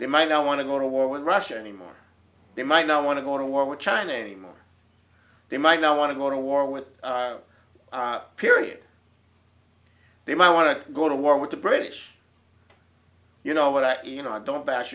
they might not want to go to war with russia anymore they might not want to go to war with china anymore they might not want to go to war with a period they might want to go to war with the british you know what i you know i don't bash